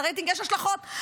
ולרייטינג יש השלכות.